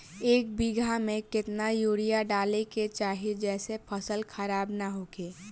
एक बीघा में केतना यूरिया डाले के चाहि जेसे फसल खराब ना होख?